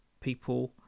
people